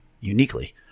uniquely